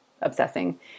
obsessing